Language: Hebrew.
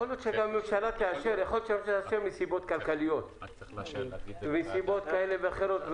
להיות שהממשלה תאשר מסיבות כלכליות ומסיבות כאלה ואחרות.